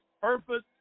purpose